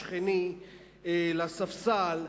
שכני לספסל,